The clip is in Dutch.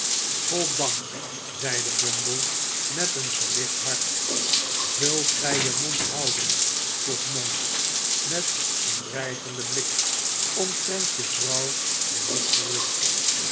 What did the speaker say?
goddank zeide bumble met een verlicht hart zult gij je mond houden vroeg monks met een dreigenden blik omtrent je vrouw ben ik gerust